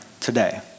Today